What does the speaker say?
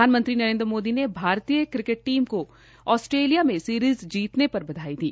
प्रधानमंत्री नरेन्द्र मोदी ने भारतीय क्रिकेट टीम को आस्ट्रेलिया में सीरीज़ जीतने पर बधाई दी